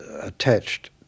attached